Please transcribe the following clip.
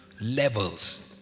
levels